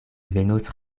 venos